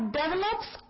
develops